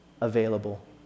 available